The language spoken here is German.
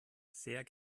sehr